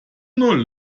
null